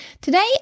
Today